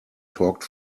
talked